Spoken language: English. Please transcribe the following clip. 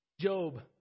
Job